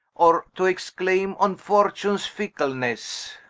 or to exclaime on fortunes ficklenesse